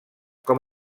com